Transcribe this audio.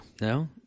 No